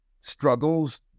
struggles